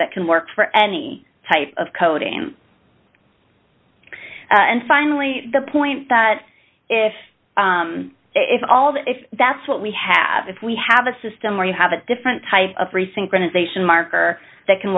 that can work for any type of coding and finally the point that if it's all that if that's what we have if we have a system where you have a different type of free synchronization marker that can